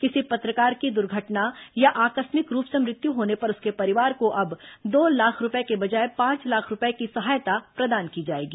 किसी पत्रकार की दुर्घटना या आकस्मिक रूप से मृत्यु होने पर उसके परिवार को अब दो लाख रूपये के बजाय पांच लाख रूपये की सहायता प्रदान की जाएगी